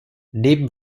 neben